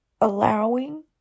allowing